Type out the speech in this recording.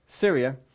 Syria